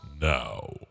now